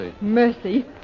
Mercy